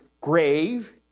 grave